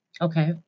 Okay